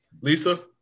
Lisa